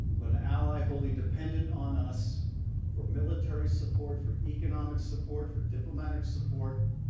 when the ally wholly dependent on us for military support for economic support, for diplomatic support,